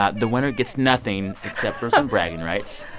ah the winner gets nothing, except for some bragging rights.